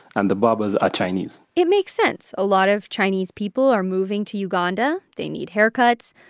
and the barbers are chinese it makes sense. a lot of chinese people are moving to uganda. they need haircuts.